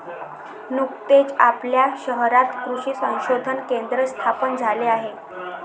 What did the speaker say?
नुकतेच आपल्या शहरात कृषी संशोधन केंद्र स्थापन झाले आहे